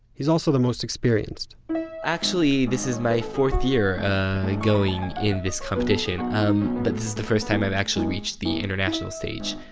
he's also the most experienced actually this is my fourth year going in this competition but it's my first time i've actually reached the international stage.